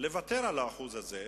לוותר על ה-1% הזה,